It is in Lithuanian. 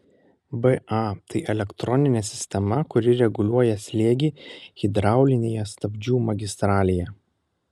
ba tai elektroninė sistema kuri reguliuoja slėgį hidraulinėje stabdžių magistralėje